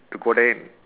to go there